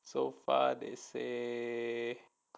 so far they say